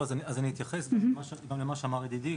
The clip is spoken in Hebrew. אתייחס למה שאמר ידידי,